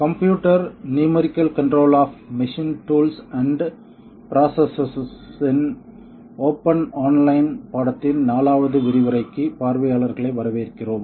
computer numerical control of machine tools and processes in open online பாடத்தின் 4வது விரிவுரைக்கு பார்வையாளர்களை வரவேற்கிறோம்